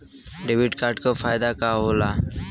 Debit card क का फायदा हो ला?